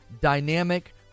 dynamic